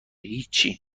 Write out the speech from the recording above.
هیچی